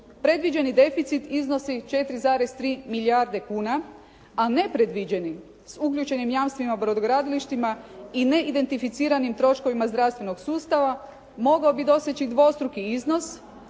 predviđeni deficit iznosi 4,3 milijarde kuna, a nepredviđeni sa uključenim jamstvima brodogradilištima i ne identificiranim troškovima zdravstvenog sustava, mogao bi doseći dvostruki iznos,